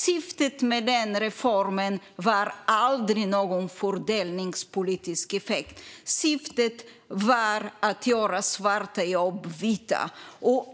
Syftet med reformen var aldrig någon fördelningspolitisk effekt, utan syftet var att göra svarta jobb vita.